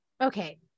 Okay